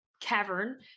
cavern